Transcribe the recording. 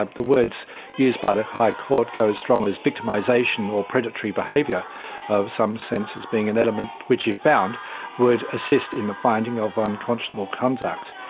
the words used by the high court go as strong as victimisation or predatory behaviour of some sense as being an element which it found would assist in the finding of unconscionable conduct.